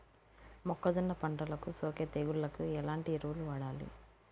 మొక్కజొన్న పంటలకు సోకే తెగుళ్లకు ఎలాంటి ఎరువులు వాడాలి?